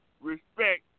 respect